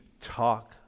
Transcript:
talk